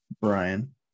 Brian